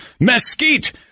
mesquite